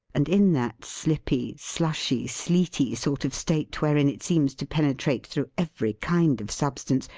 and in that slippy, slushy, sleety sort of state wherein it seems to penetrate through every kind of substance,